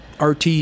RT